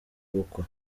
gukwa